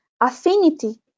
affinity